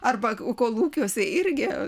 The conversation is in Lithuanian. arba kolūkiuose irgi